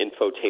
infotainment